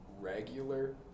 regular